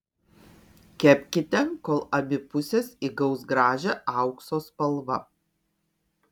kepkite kol abi pusės įgaus gražią aukso spalvą